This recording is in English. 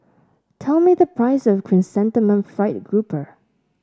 tell me the price of Chrysanthemum Fried Grouper